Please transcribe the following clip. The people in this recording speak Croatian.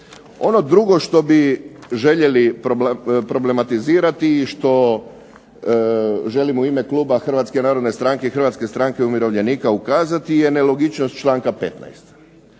Ono drugo što bi željeli problematizirati i što želim u ime kluba Hrvatske narodne stranke i Hrvatske stranke umirovljenike ukazati je nelogičnost članka 15.